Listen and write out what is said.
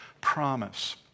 promise